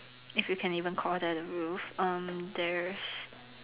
if you can even call that a roof um there's